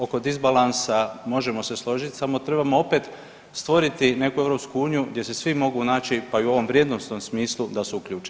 Oko disbalansa možemo se složiti samo trebamo opet stvoriti neku EU gdje se svi mogu naći pa i u ovom vrijednosnom smislu da su uključeni.